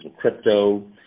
crypto